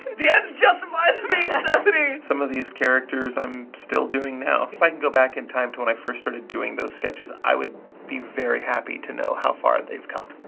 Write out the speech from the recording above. the ends justify some of these characters i'm still doing now. if i can go back in time to when i first started doing those sketches, i would be very happy to know how far they've come.